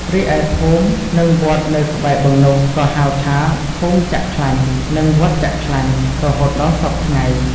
រីឯភូមិ និងវត្តនៅក្បែរបឹងនោះ ក៏ហៅថា “ភូមិចាក់ខ្លាញ់” និង “វត្តចាក់ខ្លាញ់” រហូតដល់សព្វថ្ងៃ។